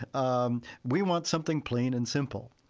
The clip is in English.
um we want something plain and simple.